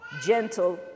Gentle